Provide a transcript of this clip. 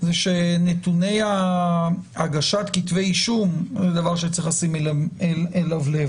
זה שנתוני הגשת כתבי אישור זה דבר שצריך לשים אליו לב.